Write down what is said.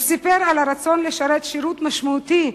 הוא סיפר על הרצון לשרת שירות משמעותי,